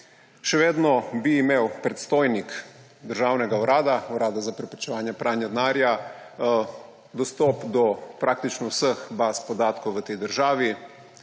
Še vedno bi imel predstojnik državnega urada, Urada za preprečevanje pranja denarja, dostop do praktično vseh baz podatkov v državi,